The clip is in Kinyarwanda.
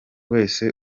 wese